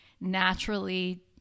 naturally